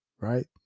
right